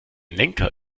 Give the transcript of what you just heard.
lenker